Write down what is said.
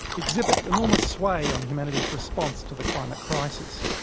exhibit enormous sway on humanity's response to the climate crisis.